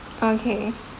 okay